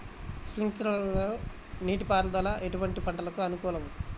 Sprinkler నీటిపారుదల ఎటువంటి పంటలకు అనుకూలము?